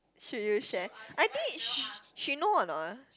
should you share I think she know or not